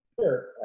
Sure